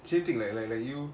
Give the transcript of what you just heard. same thing like like like you